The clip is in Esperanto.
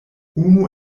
unu